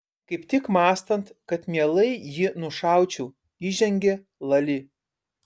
kaip tik mąstant kad mielai jį nušaučiau įžengė lali